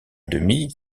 demi